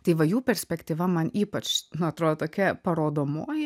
tai va jų perspektyva man ypač na atrodo tokia parodomoji